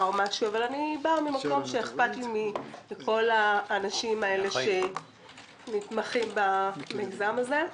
אבל אני באה ממקום שאכפת לי מכל האנשים שנתמכים במיזם הזה.